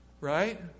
Right